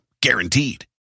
Guaranteed